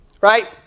right